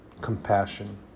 compassion